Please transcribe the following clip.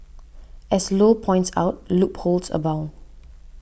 as Low points out loopholes abound